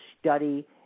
study